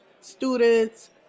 students